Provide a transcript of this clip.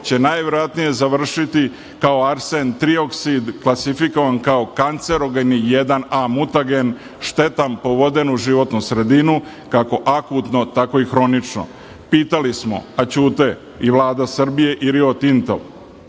će najverovatnije završiti kao arsen-trioksid klasifikovan kao kancerogen i 1A mutagen, štetan po vodenu životnu sredinu, kako akutno, tako i hronično. Pitali smo, a ćute i Vlada Srbije i „Rio Tinto“,